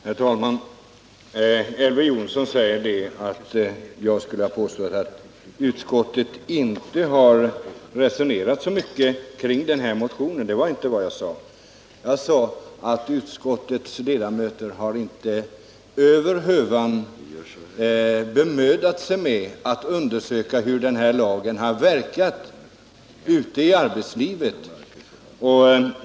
Herr talman! Elver Jonsson säger att jag skulle ha påstått att utskottet inte har resonerat så mycket kring den här motionen. Det var inte vad jag sade. Jag sade att utskottets ledamöter inte har bemödat sig över hövan med att undersöka hur den här lagen har verkat ute i arbetslivet.